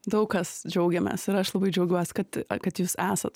daug kas džiaugiamės ir aš labai džiaugiuos kad kad jūs esat